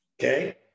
okay